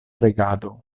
regado